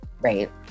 Right